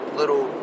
little